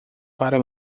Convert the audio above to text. para